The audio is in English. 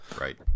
Right